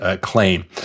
claim